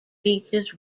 beaches